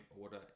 order